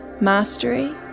mastery